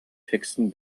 texten